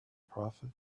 prophet